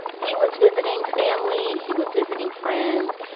he was visiting family. he was visiting friends.